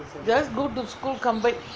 just go to school come back